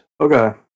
Okay